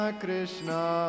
Krishna